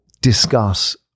discuss